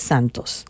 Santos